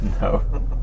No